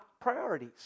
priorities